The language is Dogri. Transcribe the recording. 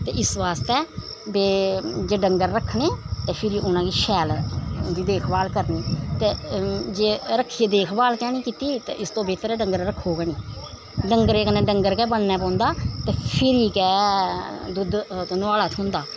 ते इस बास्तै जे डंगर रक्खने ते फिरी उनां दी शैल उं'दी देखभाल करनी ते जे रक्खियै देखभाल गै निं कीती ते इस तो बेह्तर ऐ डंगर रक्खो गै निं डंगरे कन्नै डंगर गै बनना पौंदा ते फिरी गै दुद्ध दंधोआला थ्होंदा